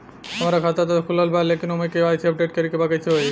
हमार खाता ता खुलल बा लेकिन ओमे के.वाइ.सी अपडेट करे के बा कइसे होई?